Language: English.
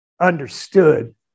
understood